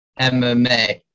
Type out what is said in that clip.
MMA